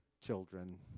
children